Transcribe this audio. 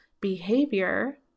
behavior